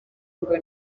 ngo